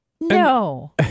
no